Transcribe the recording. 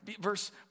Verse